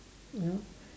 you know